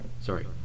sorry